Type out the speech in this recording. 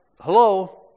hello